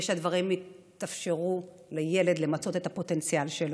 שהדברים יאפשרו לילד למצות את הפוטנציאל שלו,